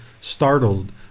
startled